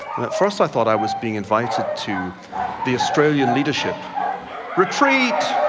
and at first i thought i was being invited to the australia and leadership retreat.